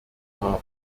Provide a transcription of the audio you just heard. haben